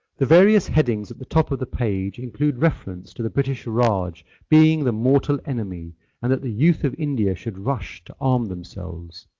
the various headings at the top of the page include reference to the british raj being the mortal enemy and that the youth of india should rush to um themselves.